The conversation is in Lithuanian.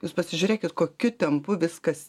jūs pasižiūrėkit kokiu tempu viskas